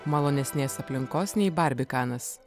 malonesnės aplinkos nei barbikanas